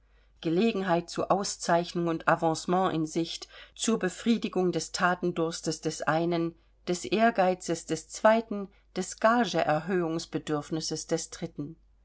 gelegenheit zu auszeichnung und avancement in sicht zur befriedigung des thatendurstes des einen des ehrgeizes des zweiten des gage erhöhungsbedürfnisses des dritten